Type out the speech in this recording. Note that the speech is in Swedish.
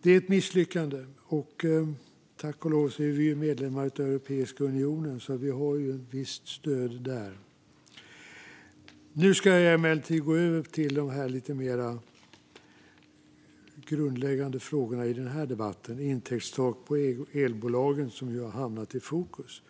och ett misslyckande. Men vi är tack och lov medlemmar i Europeiska unionen, så vi har visst stöd där. Nu ska jag emellertid gå över till de mer grundläggande frågorna i denna debatt, såsom intäktstaken, som har hamnat i fokus.